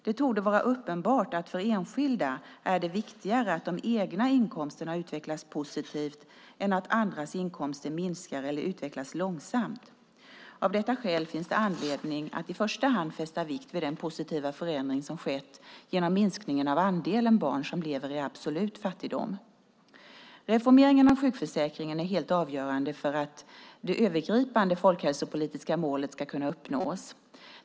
Det torde vara uppenbart att det för enskilda är viktigare att de egna inkomsterna utvecklas positivt än att andras inkomster minskar eller utvecklas långsamt. Av detta skäl finns det anledning att i första hand fästa vikt vid den positiva förändring som skett genom minskningen av andelen barn som lever i absolut fattigdom. Reformeringen av sjukförsäkringen är helt avgörande för att det övergripande folkhälsopolitiska målet ska kunna uppnås.